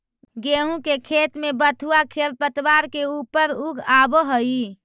गेहूँ के खेत में बथुआ खेरपतवार के ऊपर उगआवऽ हई